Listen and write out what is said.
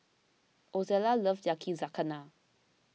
Ozella loves Yakizakana